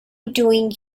doing